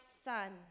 son